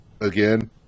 again